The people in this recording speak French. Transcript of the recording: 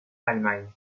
allemagne